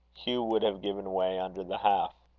hugh would have given way under the half.